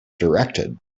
directed